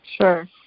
Sure